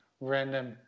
random